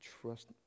trust